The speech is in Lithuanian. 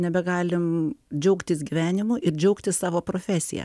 nebegalim džiaugtis gyvenimu ir džiaugtis savo profesija